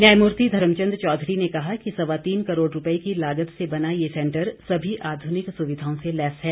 न्यायमूर्ति धर्मचंद चौधरी ने कहा कि सवा तीन करोड़ रुपए की लागत से बना ये सेंटर सभी आधुनिक सुविधाओं से लैस हैं